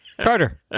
Carter